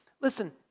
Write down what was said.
listen